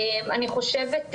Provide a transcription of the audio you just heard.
אני חושבת,